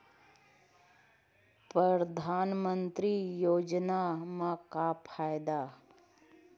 परधानमंतरी योजना म का फायदा?